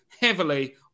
heavily